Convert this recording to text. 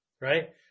Right